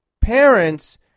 parents